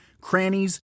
crannies